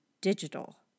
digital